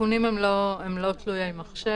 התיקונים הם לא תלויי מחשב.